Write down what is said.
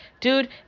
dude